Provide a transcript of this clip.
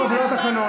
לא, זה לא התקנון.